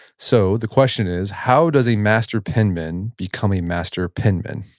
so the question is, how does a master penman become a master penman?